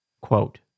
Quote